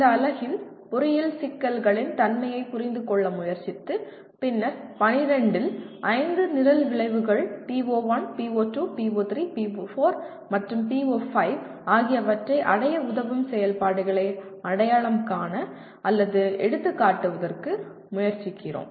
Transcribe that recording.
இந்த அலகில் பொறியியல் சிக்கல்களின் தன்மையைப் புரிந்துகொள்ள முயற்சித்து பின்னர் 12 இல் 5 நிரல் விளைவுகள் PO1 PO2 PO3 PO4 மற்றும் PO5 ஆகியவற்றை அடைய உதவும் செயல்பாடுகளை அடையாளம் காண அல்லது எடுத்துக்காட்டுவதற்கு முயற்சிக்கிறோம்